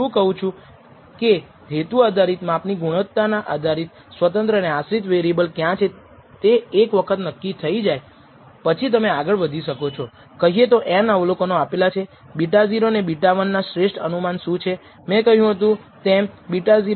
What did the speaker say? નોંધ લો કે ચાલો આપણે કહી શકીએ કે આપણે આ કિસ્સામાં ડેટા સેટ હતો આપણી પાસે ઉદાહરણ છે કે કેટલા યુનિટનું સમારકામ કરવામાં આવ્યું હતું અને વિવિધ સેલ્સમેન દ્વારા યુનિટ્સને સુધારવામાં મિનિટોમાં સમય લાગ્યો હતો અને આપણી પાસે ચૌદ એવા ડેટા પોઇન્ટ હતા ચૌદ એવા સેલ્સમેન કે જેમણે ખરેખર ડેટાની જાણ કરી છે